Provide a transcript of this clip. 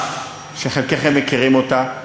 שחלקכם מכירים אותה.